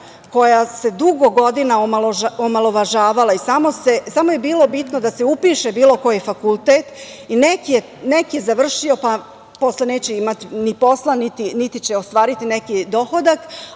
koja se dugo godina omalovažavala i samo je bilo bitno da se upiše bilo koji fakultet i neka je završio, ali posle neće imati ni posla, niti će ostvariti neki dohodak,